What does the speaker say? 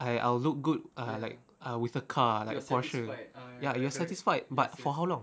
I I'll look good ah like ah with a car like Porsche ya you are satisfied but for how long